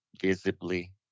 visibly